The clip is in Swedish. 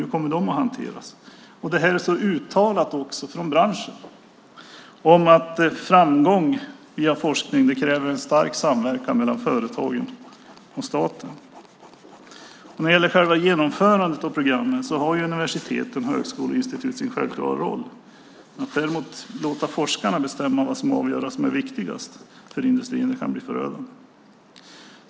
Hur kommer de att hanteras? Branschen har tydligt uttalat att framgång via forskning kräver en stark samverkan mellan företagen och staten. När det gäller genomförandet av programmen har universitet och högskoleinstitut sin självklara roll. Att däremot låta forskarna avgöra vad som är viktigast för industrin kan bli förödande.